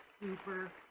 super